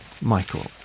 Michael